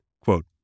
Quote